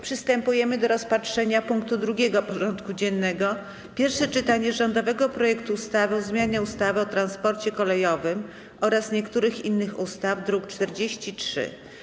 Przystępujemy do rozpatrzenia punktu 2. porządku dziennego: Pierwsze czytanie rządowego projektu ustawy o zmianie ustawy o transporcie kolejowym oraz niektórych innych ustaw (druk nr 43)